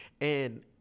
And-